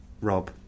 rob